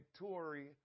victory